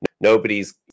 Nobody's